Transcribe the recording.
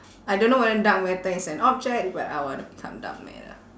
I don't know whether dark matter is an object but I want to become dark matter